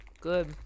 good